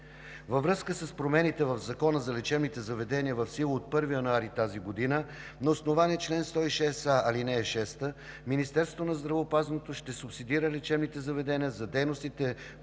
Във връзка с промените в Закона за лечебните заведения в сила от 1 януари тази година, на основание чл. 106а, ал. 6 Министерството на здравеопазването ще субсидира лечебните заведения за дейностите